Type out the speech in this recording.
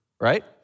right